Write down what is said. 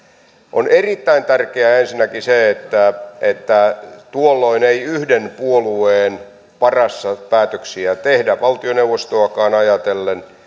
on erittäin tärkeää ensinnäkin se että että tuolloin ei yhden puolueen varassa päätöksiä tehdä valtioneuvostoakaan ajatellen